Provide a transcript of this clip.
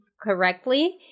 correctly